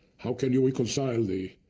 how can you reconcile the